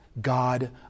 God